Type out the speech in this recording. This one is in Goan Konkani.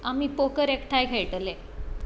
आमी पोकर एकठांय खेळटले